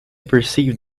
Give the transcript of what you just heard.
perceived